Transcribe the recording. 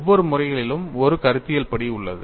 ஒவ்வொரு முறைகளிலும் ஒரு கருத்தியல் படி உள்ளது